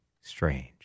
strange